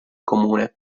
comune